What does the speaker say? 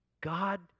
God